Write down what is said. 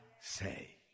say